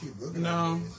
no